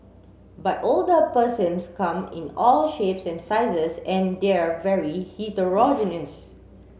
but older persons come in all shapes and sizes and they're very heterogeneous